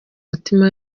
mutima